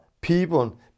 people